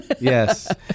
Yes